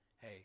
hey